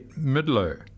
Midler